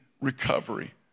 recovery